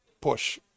push